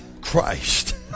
Christ